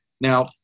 Now